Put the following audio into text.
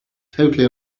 totally